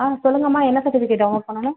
ஆ சொல்லுங்கம்மா என்ன certificate download பண்ணணும்